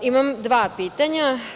Imam dva pitanja.